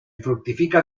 fructifica